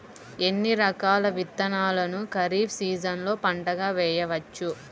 ఎన్ని రకాల విత్తనాలను ఖరీఫ్ సీజన్లో పంటగా వేయచ్చు?